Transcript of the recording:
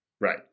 Right